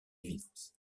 évidence